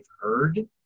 heard